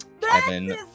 Kevin